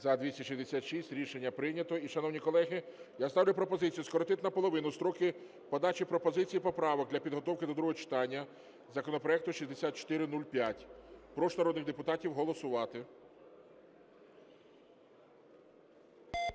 За-266 Рішення прийнято. І, шановні колеги, я ставлю пропозицію скоротити наполовину строки подачі пропозицій, поправок для підготовки до другого читання законопроекту 6405. Прошу народних депутатів голосувати.